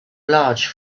large